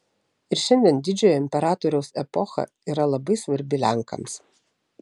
ir šiandien didžiojo imperatoriaus epocha yra labai svarbi lenkams